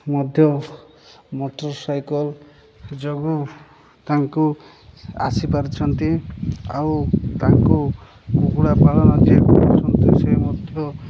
ମଧ୍ୟ motor cycle ଯୋଗୁଁ ତାଙ୍କୁ ଆସିପାରୁଛନ୍ତି ଆଉ ତାଙ୍କୁ କୁକୁଡ଼ା ପାଳନ ଯିଏ କରୁଛନ୍ତି ସେ ମଧ୍ୟ